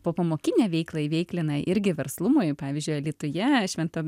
popamokinė veikla įveiklina irgi verslumui pavyzdžiui alytuje švento